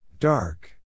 Dark